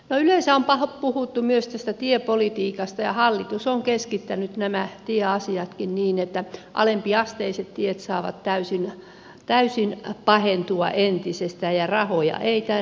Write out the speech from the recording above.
yleensä on puhuttu myös tästä tiepolitiikasta ja hallitus on keskittänyt nämä tieasiatkin niin että alempiasteiset tiet saavat täysin pahentua entisestään ja rahoja ei tänne tule